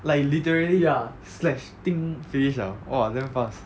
like literally slash 叮 finish liao !wah! damn fast